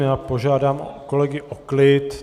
Já požádám kolegy o klid.